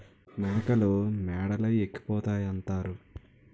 మేకలు మేడలే ఎక్కిపోతాయంతారు